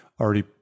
already